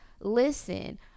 listen